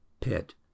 pit